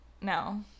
No